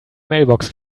mailbox